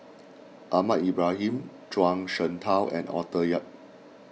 Ahmad Ibrahim Zhuang Shengtao and Arthur Yap